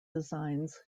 designs